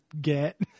get